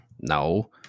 No